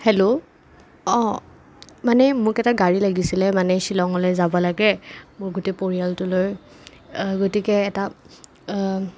hello অঁ মানে মোক এটা গাড়ী লাগিছিলে মানে শ্বিলংলে যাব লাগে মোৰ গোটেই পৰিয়ালটোলৈ গতিকে এটা